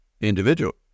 individual